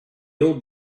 old